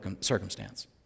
circumstance